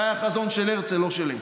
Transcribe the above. זה היה חזון של הרצל, לא שלי.